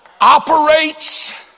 operates